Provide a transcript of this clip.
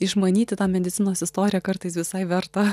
išmanyti tą medicinos istoriją kartais visai verta